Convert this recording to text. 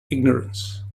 ignorance